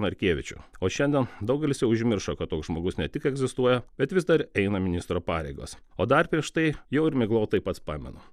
narkevičių o šiandien daugelis jau užmiršo kad toks žmogus ne tik egzistuoja bet vis dar eina ministro pareigas o dar prieš tai jau ir miglotai pats pamenu